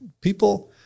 people